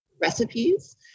recipes